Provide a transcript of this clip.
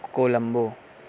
Colombo